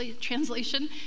translation